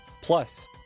plus